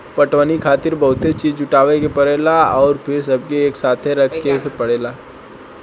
पटवनी खातिर बहुते चीज़ जुटावे के परेला अउर फिर सबके एकसाथे रखे के पड़ेला